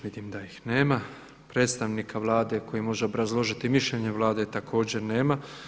Vidim da ih nema, predstavnika Vlade koji može obrazložiti mišljenje Vlade također nema.